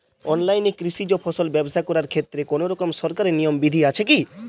অনলাইনে কৃষিজ ফসল ব্যবসা করার ক্ষেত্রে কোনরকম সরকারি নিয়ম বিধি আছে কি?